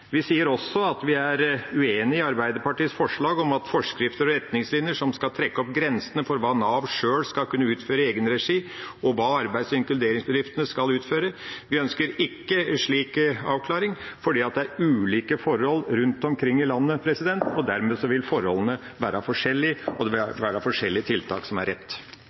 Vi sier også at vi er uenig i Arbeiderpartiets forslag om forskrifter og retningslinjer som skal trekke opp grensene for hva Nav sjøl skal kunne utføre i egen regi, og hva arbeids- og inkluderingsbedriftene skal utføre. Vi ønsker ikke en slik avklaring, fordi det er ulike forhold rundt omkring i landet, og dermed vil forholdene være forskjellige, og det vil være forskjellige tiltak som er rett.